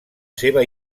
seva